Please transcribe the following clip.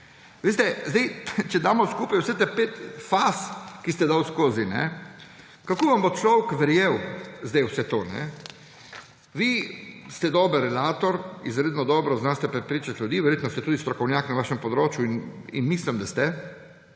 Če zdaj damo skupaj vseh teh pet faz, ki ste jih dali skozi, kako vam bo človek verjel zdaj vse to. Vi ste dober narator, izredno dobro znate prepričati ljudi, verjetno ste tudi strokovnjak na vašem področju – in mislim, da ste